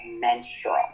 menstrual